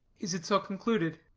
is it so concluded?